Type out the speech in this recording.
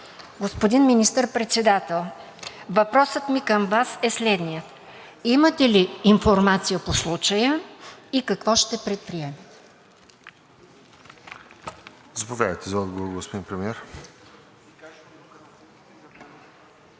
Господин Министър-председател, въпросът ми към Вас е следният: имате ли информация по случая и какво ще предприемете?